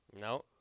No